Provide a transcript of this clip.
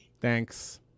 Thanks